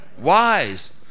Wise